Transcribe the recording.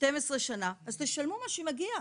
12 שנה, אז תשלמו מה שמגיע.